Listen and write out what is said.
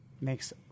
Makes